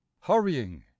hurrying